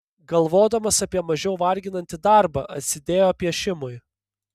galvodamas apie mažiau varginantį darbą atsidėjo piešimui